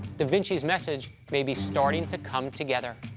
da vinci's message may be starting to come together.